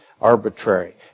arbitrary